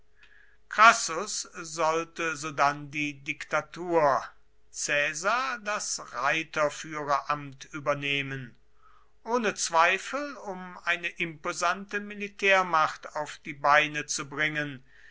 crassus sollte sodann die diktatur caesar das reiterführeramt übernehmen ohne zweifel um eine imposante militärmacht auf die beine zu bringen